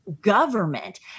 government